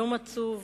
יום עצוב